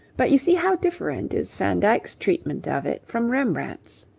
but you see how different is van dyck's treatment of it from rembrandt's.